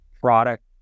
product